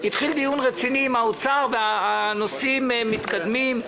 התחיל דיון רציני עם האוצר, והנושאים מתקדמים.